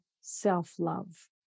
self-love